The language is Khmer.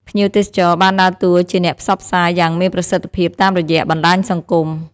ភ្ញៀវទេសចរបានដើរតួជាអ្នកផ្សព្វផ្សាយយ៉ាងមានប្រសិទ្ធភាពតាមរយៈបណ្តាញសង្គម។